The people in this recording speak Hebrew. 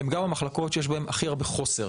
הן גם המחלקות שיש בהן הכי הרבה חוסר.